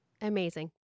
Amazing